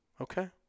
Okay